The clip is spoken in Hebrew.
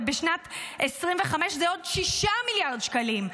ובשנת 2025 זה עוד 6 מיליארד שקלים,